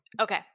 Okay